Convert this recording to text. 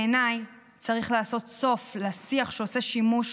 בעיניי צריך לעשות סוף לשיח שעושה שימוש